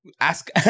Ask